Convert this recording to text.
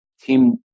team